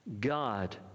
God